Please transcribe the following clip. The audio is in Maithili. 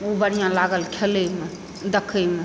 ऊ बढ़िया लागल खेलैमे देखैमे